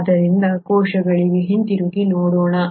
ಆದ್ದರಿಂದ ಕೋಶಗಳಿಗೆ ಹಿಂತಿರುಗಿ ನೋಡೋಣ